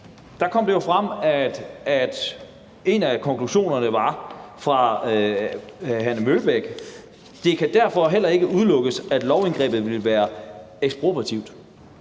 kom det jo frem, at en af konklusionerne fra Hanne Mølbech var: Det kan derfor heller ikke udelukkes, at lovindgrebet vil være ekspropriativt